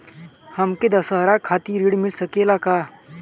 हमके दशहारा खातिर ऋण मिल सकेला का?